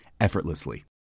effortlessly